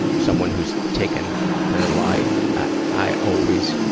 someone who's taken their life, i always